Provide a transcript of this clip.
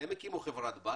הם הקימו חברת בת